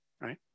right